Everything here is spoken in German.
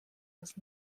das